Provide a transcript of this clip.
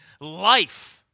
life